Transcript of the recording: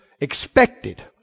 expected